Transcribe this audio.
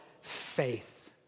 faith